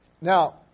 Now